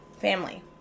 Family